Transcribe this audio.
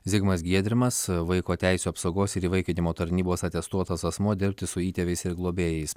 zigmas giedrimas vaiko teisių apsaugos ir įvaikinimo tarnybos atestuotas asmuo dirbti su įtėviais ir globėjais